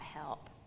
help